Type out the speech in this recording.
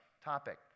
Topic